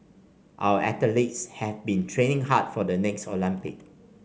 our athletes have been training hard for the next Olympics